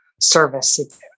service